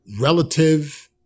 relative